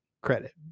credit